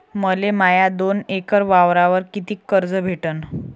मले माया दोन एकर वावरावर कितीक कर्ज भेटन?